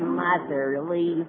motherly